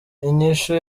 inyishu